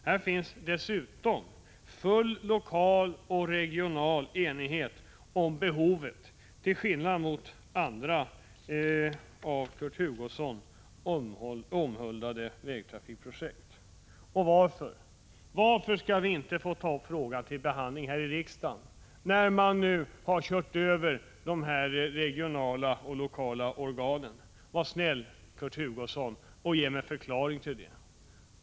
Här finns dessutom full lokal och regional enighet om behovet — till skillnad mot när det gäller andra av Kurt Hugosson omhuldade vägtrafikprojekt. Och varför, Kurt Hugosson, varför skall vi inte få ta upp frågan till behandling här i riksdagen när man nu har kört över de lokala och regionala organen. Var snäll, Kurt Hugosson, och ge mig en förklaring till det.